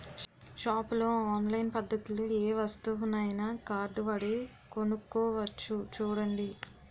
షాపుల్లో ఆన్లైన్ పద్దతిలో ఏ వస్తువునైనా కార్డువాడి కొనుక్కోవచ్చు చూడండి